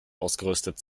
ausgerüstet